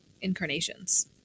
incarnations